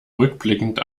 rückblickend